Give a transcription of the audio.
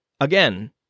Again